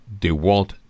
DeWalt